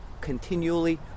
continually